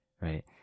right